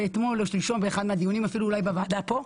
אתמול או שלשום באחד הדיונים ואולי בוועדה כאן.